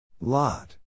Lot